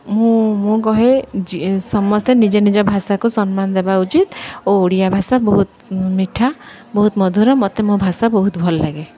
ମୁଁ ମୁଁ କହେ ସମସ୍ତେ ନିଜ ନିଜ ଭାଷାକୁ ସମ୍ମାନ ଦେବା ଉଚିତ ଓ ଓଡ଼ିଆ ଭାଷା ବହୁତ ମିଠା ବହୁତ ମଧୁର ମୋତେ ମୋ ଭାଷା ବହୁତ ଭଲ ଲାଗେ